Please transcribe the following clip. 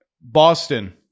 Boston